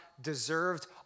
deserved